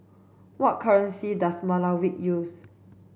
what currency does Malawi use